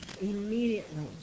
immediately